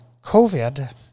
COVID